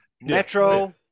Metro